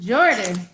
Jordan